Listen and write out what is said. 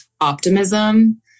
optimism